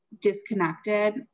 disconnected